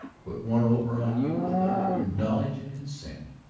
put one over on you without your knowledge and consent?